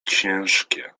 ciężkie